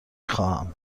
خواهم